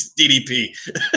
DDP